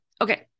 okay